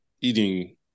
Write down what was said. eating